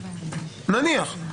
נניח,